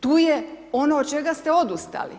Tu je ono od čega ste odustali.